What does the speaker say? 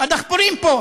הדחפורים פה.